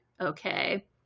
okay